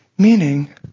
Meaning